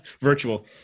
Virtual